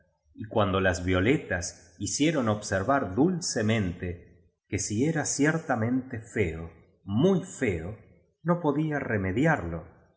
y cuando las viole tas hicieron observar dulcemente que si era ciertamente feo muy feo no podía remediarlo